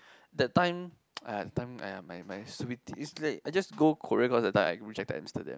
that time !aiya! that time !aiya! my my stupid I just go Korea cause that time I rejected Amsterdam